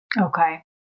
Okay